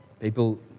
people